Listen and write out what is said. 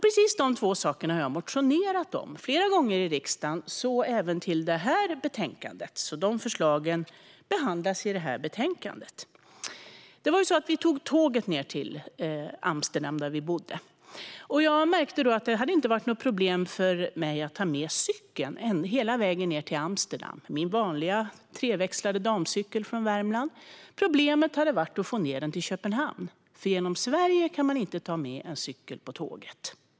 Precis de två sakerna har jag väckt motioner om flera gånger i riksdagen, så även till det här betänkandet. De förslagen behandlas i betänkandet. Vi tog tåget till Amsterdam. Jag märkte att det inte hade varit något problem för mig att ta med cykeln till Amsterdam, det vill säga min vanliga treväxlade damcykel från Värmland. Problemet hade varit att få ned cykeln till Köpenhamn. Genom Sverige kan man inte ta med en cykel på tåget.